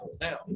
Now